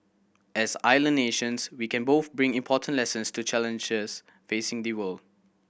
as island nations we can both bring important lessons to challenges facing the world